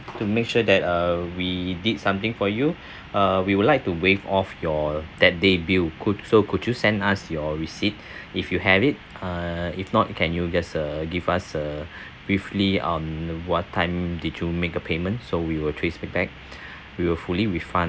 to make sure that uh we did something for you uh we would like to waive off your that day bill could so could you send us your receipt if you have it uh if not can you just uh give us a briefly on what time did you make a payment so we will trace it back we will fully refund